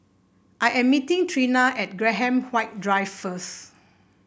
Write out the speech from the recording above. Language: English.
I am meeting Trina at Graham White Drive first